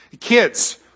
Kids